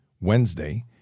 Wednesday